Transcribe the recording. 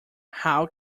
how